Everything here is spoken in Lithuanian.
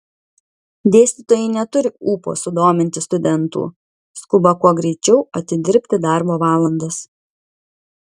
dėstytojai neturi ūpo sudominti studentų skuba kuo greičiau atidirbti darbo valandas